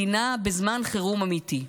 מדינה בזמן חירום אמיתי.